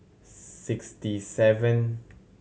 sixty seven